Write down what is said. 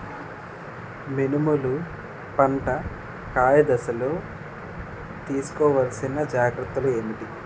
మినుములు పంట కాయ దశలో తిస్కోవాలసిన జాగ్రత్తలు ఏంటి?